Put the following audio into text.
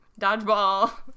dodgeball